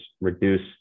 reduce